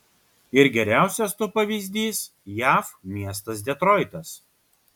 ir geriausias to pavyzdys jav miestas detroitas